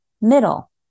middle